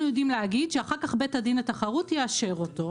יודעים להגיד שאחר כך בית הדין לתחרות יאשר אותו.